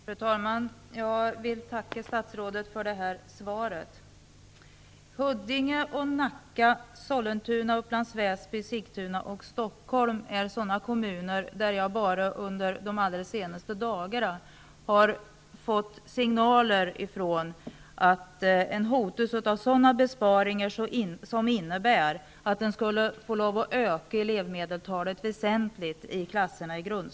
Fru talman! Jag tackar statsrådet för svaret. Sigtuna och Stockholm är kommuner från vilka jag under de allra senaste dagarna har fått signaler om hot om besparingar som innebär att elevmedeltalet i grundskolan väsentligt måste ökas.